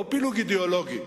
לא פילוג אידיאולוגי.